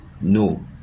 No